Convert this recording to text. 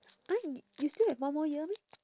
!huh! y~ you still have one more year meh